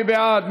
מי בעד?